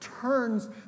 Turns